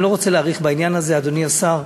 אני לא רוצה להאריך בעניין הזה, אדוני השר,